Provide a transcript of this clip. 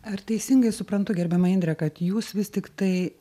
ar teisingai suprantu gerbiama indre kad jūs vis tiktai